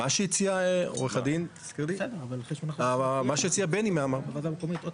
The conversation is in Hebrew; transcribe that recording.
מה שהציע עורך הדין ארביב, אישור